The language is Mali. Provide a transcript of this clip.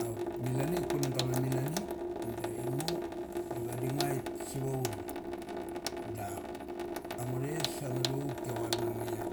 Auk milani kunanga ma milani da vadi nguait savaur. Dak angnugu thais angngathuchouk kia var na ngoia,